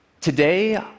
Today